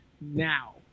now